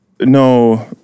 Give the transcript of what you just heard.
no